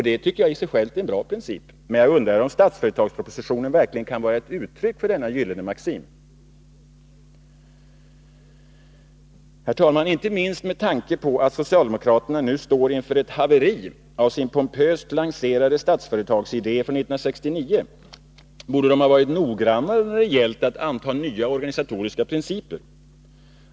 Det är i sig självt en god princip. Men jag undrar om Statsföretagspropositionen verkligen kan vara ett uttryck för denna gyllene maxim. Herr talman! Inte minst med tanke på att socialdemokraterna nu står inför ett haveri av sin pompöst lanserade Statsföretagsidé från 1969 borde de ha varit noggrannare när det gällt att anta nya organisatoriska principer.